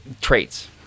traits